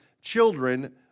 children